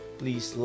please